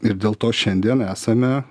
ir dėl to šiandien esame